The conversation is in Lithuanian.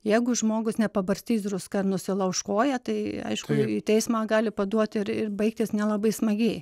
jeigu žmogus nepabarstys druska ar nusilauš koją tai aišku į teismą gali paduoti ir ir baigtis nelabai smagiai